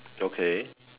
okay